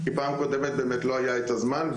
כי פעם קודמת באמת לא היה את הזמן.